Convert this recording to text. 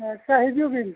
ᱟᱪᱪᱷᱟ ᱦᱤᱡᱩᱜ ᱵᱤᱱ